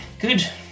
good